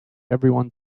everyone